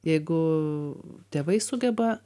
jeigu tėvai sugeba